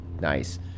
nice